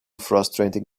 frustrating